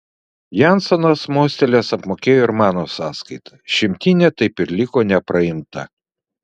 jansonas mostelėjęs apmokėjo ir mano sąskaitą šimtinė taip ir liko nepraimta